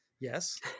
Yes